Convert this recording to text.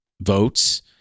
votes